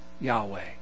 Yahweh